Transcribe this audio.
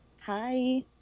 Hi